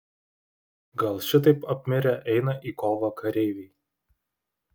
gal šitaip apmirę eina į kovą kareiviai